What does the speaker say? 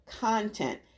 content